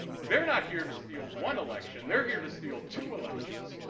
they are not here to see ah one election. they are here to see two elections.